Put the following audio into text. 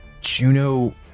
Juno